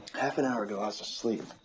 half an hour ago i was asleep.